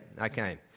okay